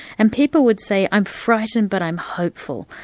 and people would say, i'm frightened but i'm hopeful.